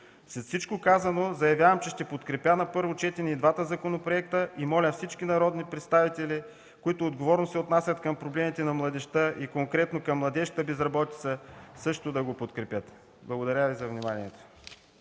След всичко казано, заявявам, че ще подкрепя на първо четене и двата законопроекта и моля всички народни представители, които се отнасят отговорно към проблемите на младежта и конкретно към младежката безработица, също да го подкрепят. Благодаря Ви за вниманието.